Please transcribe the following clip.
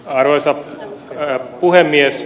arvoisa puhemies